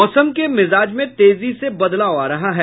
मौसम के मिजाज में तेजी से बदलाव आ रहा है